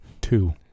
Two